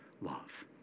love